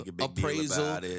appraisal